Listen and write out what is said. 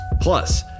Plus